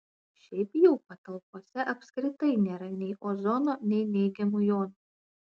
šiaip jau patalpose apskritai nėra nei ozono nei neigiamų jonų